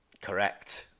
Correct